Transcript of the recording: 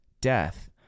death